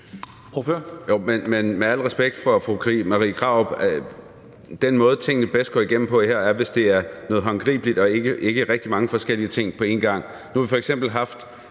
Med al respekt for fru Marie Krarup vil jeg sige, at den måde, tingene bedst går igennem på her, er, hvis det er noget håndgribeligt og ikke rigtig mange forskellige ting på en gang.